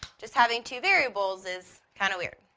just having two variables is kind of weird.